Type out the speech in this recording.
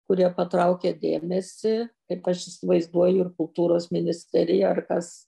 kurie patraukia dėmesį kaip aš įsivaizduoju ir kultūros ministerija ar kas